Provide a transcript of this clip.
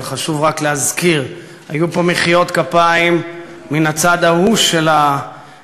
אבל חשוב רק להזכיר: היו פה מחיאות כפיים מן הצד ההוא של המליאה,